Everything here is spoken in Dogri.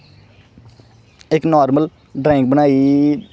इक नार्मल ड्रांइग बनाई